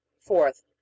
Fourth